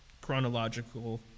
chronological